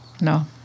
No